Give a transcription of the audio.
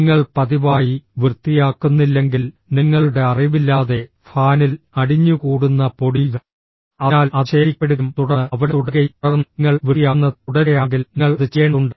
നിങ്ങൾ പതിവായി വൃത്തിയാക്കുന്നില്ലെങ്കിൽ നിങ്ങളുടെ അറിവില്ലാതെ ഫാനിൽ അടിഞ്ഞുകൂടുന്ന പൊടി അതിനാൽ അത് ശേഖരിക്കപ്പെടുകയും തുടർന്ന് അവിടെ തുടരുകയും തുടർന്ന് നിങ്ങൾ വൃത്തിയാക്കുന്നത് തുടരുകയാണെങ്കിൽ നിങ്ങൾ അത് ചെയ്യേണ്ടതുണ്ട്